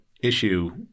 issue